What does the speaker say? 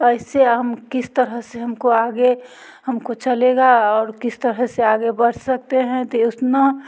कैसे हम किस तरह से हम को आगे हम को चलेगा और किस तरह से आगे बढ़ सकते हैं तो उतना